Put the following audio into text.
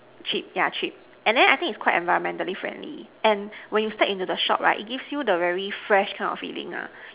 cheap yeah cheap and then I think is quite environmentally friendly and when you step into the shop right it gives you the very fresh kind of feeling ah